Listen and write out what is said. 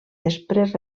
després